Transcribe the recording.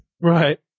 Right